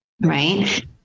Right